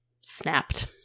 snapped